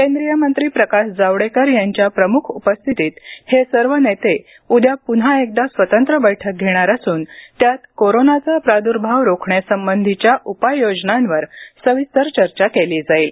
केंद्रीय मंत्री प्रकाश जावडेकर यांच्या प्रमुख उपस्थितीत हे सर्व नेते उद्या पुन्हा एकदा स्वतंत्र बैठक घेणार असून त्यात कोरोनाची प्राद्भाव रोखण्यासंबंधीच्या उपाययोजनांवर सविस्तर चर्चा केली जाईल